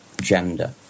gender